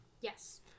Yes